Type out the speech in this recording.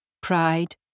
pride